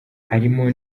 harimo